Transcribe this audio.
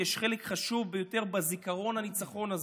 יש חלק חשוב ביותר בזיכרון הניצחון הזה.